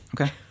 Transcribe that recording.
Okay